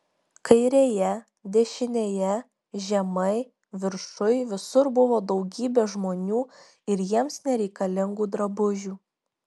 kairėje dešinėje žemai viršuj visur buvo daugybė žmonių ir jiems nereikalingų drabužių